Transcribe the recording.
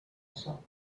açò